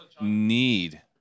need